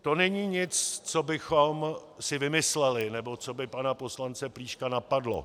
To není nic, co bychom si vymysleli nebo co by pana poslance Plíška napadlo.